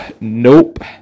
nope